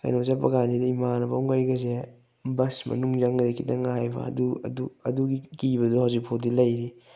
ꯀꯩꯅꯣ ꯆꯠꯄꯀꯥꯟꯁꯤꯗ ꯏꯃꯥꯟꯅꯕ ꯑꯃꯒ ꯑꯩꯒꯁꯦ ꯕꯁ ꯃꯅꯨꯡ ꯆꯪꯒꯗꯧꯒꯤ ꯈꯤꯇꯪ ꯉꯥꯏꯕ ꯑꯗꯨ ꯑꯗꯨꯒꯤ ꯀꯤꯕꯗꯣ ꯍꯧꯖꯤꯛ ꯐꯥꯎꯗꯤ ꯂꯩꯔꯤ